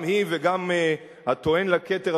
גם היא וגם הטוען השני לכתר,